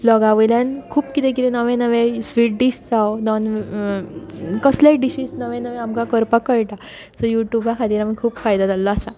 ब्लॉगा वयल्यान खूब कितें कितें नवें नवें स्विट डिश जावं नॉन वेज कसलेय डिशीस नवें नवें आमकां करपाक कळटां सो यु ट्यूबा खातीर आमकां खूब फायदो जाल्लो आसा